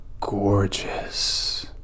gorgeous